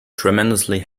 tremendously